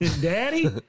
Daddy